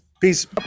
Peace